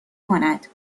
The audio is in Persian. کند